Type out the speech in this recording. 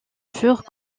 furent